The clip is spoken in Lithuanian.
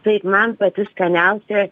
taip man pati skaniausia